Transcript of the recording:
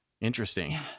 Interesting